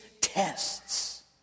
tests